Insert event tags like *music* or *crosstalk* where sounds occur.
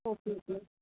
*unintelligible*